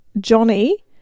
johnny